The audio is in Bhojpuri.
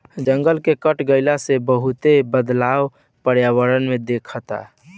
जंगल के घट गइला से बहुते बदलाव पर्यावरण में दिखता